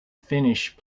finnish